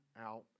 out